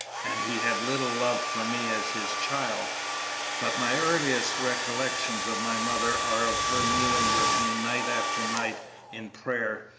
and he had little love for me as his child but my earliest recollections of my mother are of her kneeling with me night after night in prayer,